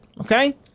Okay